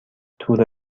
تور